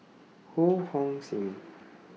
Ho Hong Sing